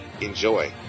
enjoy